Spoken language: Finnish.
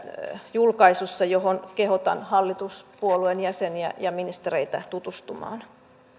julkaisussa johon kehotan hallituspuolueen jäseniä ja ministereitä tutustumaan